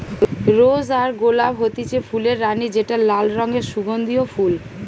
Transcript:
rose বা গোলাপ হতিছে ফুলের রানী যেটা লাল রঙের সুগন্ধিও ফুল